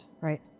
Right